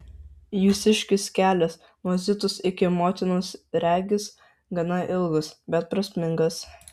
jūsiškis kelias nuo zitos iki motinos regis gana ilgas bet prasmingas